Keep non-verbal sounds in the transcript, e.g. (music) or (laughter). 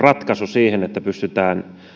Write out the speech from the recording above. (unintelligible) ratkaisu siihen että pystytään